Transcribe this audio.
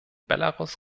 belarus